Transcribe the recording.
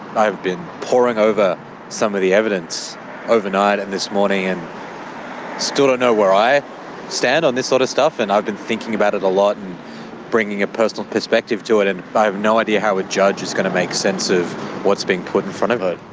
i've been poring over some of the evidence overnight and this morning and still don't know where i stand on this sort of stuff and i've been thinking about it a lot and bringing a personal perspective to it and i have no idea how a judge is going to make sense of what's being put in front of her.